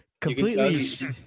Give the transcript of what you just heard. completely